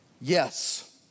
Yes